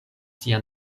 sian